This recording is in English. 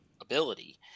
ability